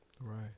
Right